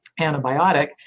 antibiotic